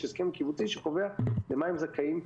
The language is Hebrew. יש הסכם קיבוצי שקובע למה הם זכאים.